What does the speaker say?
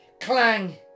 clang